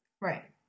Right